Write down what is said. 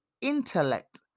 intellect